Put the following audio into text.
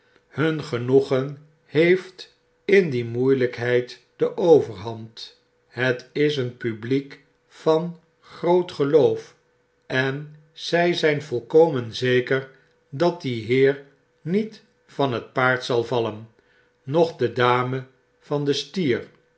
hun genoegen heeft in die moeielijkheid de overhand het is een publiek van groot geloof en zy zyn volkomen zeker dat die heer niet van het paard zal vallen noch de dame van den stier